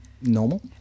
normal